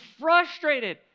frustrated